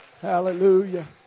hallelujah